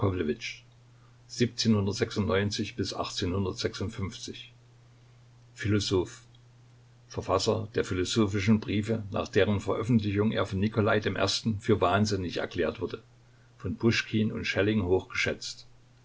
philosoph verfasser der philosophischen briefe nach deren veröffentlichung er von nikolai i für wahnsinnig erklärt wurde von puschkin und schelling hoch geschätzt